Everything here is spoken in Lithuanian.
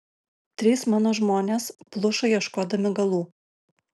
trys mano žmonės pluša ieškodami galų